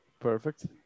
Perfect